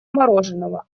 мороженого